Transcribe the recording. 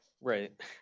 Right